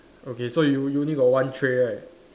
okay so you you only got one tray right